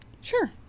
Sure